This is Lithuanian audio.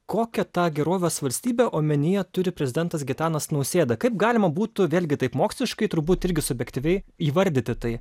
kokią tą gerovės valstybę omenyje turi prezidentas gitanas nausėda kaip galima būtų vėlgi taip moksliškai turbūt irgi subjektyviai įvardyti tai